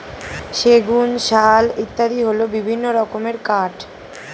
সেগুন, শাল ইত্যাদি হল বিভিন্ন রকমের কাঠ